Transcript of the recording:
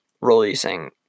releasing